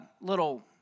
little